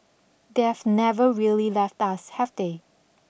they have never really left us have they